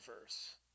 verse